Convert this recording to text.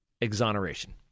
exoneration